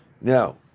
now